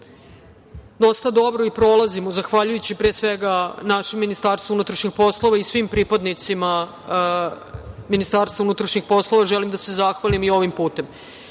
dosta dobro i prolazimo zahvaljujući pre svega našem Ministarstvu unutrašnjih poslova i svim pripadnicima Ministarstva unutrašnjih poslova želim da se zahvalim i ovim putem,